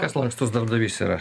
kas lankstus darbdavys yra